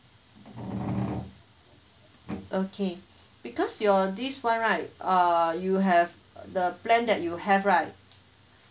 okay because your this one right uh you have the plan that you have right